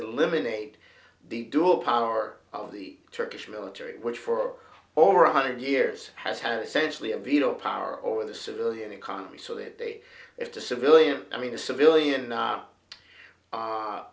eliminated the dual power of the turkish military which for over a hundred years has had essentially a veto power over the civilian economy so that if the civilian i mean a civilian